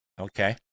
Okay